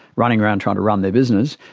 running around trying to run their business,